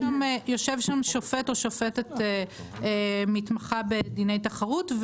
יושב שם שופט או שופטת שמתמחים בדיני תחרות,